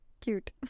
cute